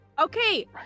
Okay